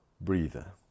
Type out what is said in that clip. breather